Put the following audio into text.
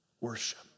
Worship